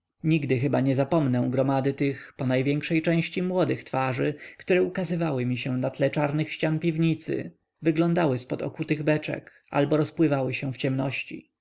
nigdy chyba nie zapomnę gromady tych ponajwiększej części młodych twarzy które ukazywały się na tle czarnych ścian piwnicy wyglądały z poza okutych beczek albo rozpływały się w ciemności